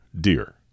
deer